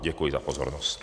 Děkuji za pozornost.